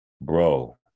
Bro